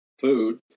food